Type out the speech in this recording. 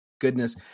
goodness